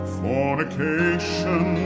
fornication